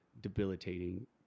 debilitating